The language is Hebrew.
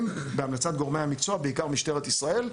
בהמלצת גורמי המקצוע - בעיקר משטרת ישראל.